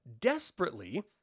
desperately